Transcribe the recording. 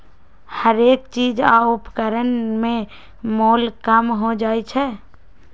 हरेक चीज आ उपकरण में मोल कम हो जाइ छै